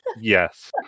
yes